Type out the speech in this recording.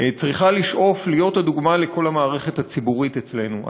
צריכה לשאוף להיות הדוגמה לכל המערכת הציבורית אצלנו.